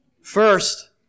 First